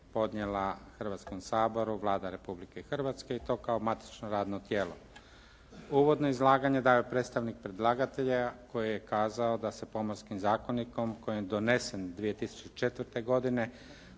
podnijela Hrvatskom saboru Vlada Republike Hrvatske i to kao matično radno tijelo. Uvodno izlaganje dao je predstavnik predlagatelja koji je kazao da se Pomorskim zakonikom koji je donesen 2004. uređeni